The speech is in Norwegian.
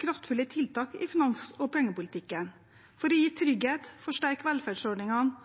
kraftfulle tiltak i finans- og pengepolitikken, for å gi trygghet, forsterke velferdsordningene